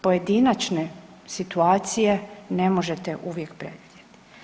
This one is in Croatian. Pojedinačne situacije ne možete uvijek predvidjeti.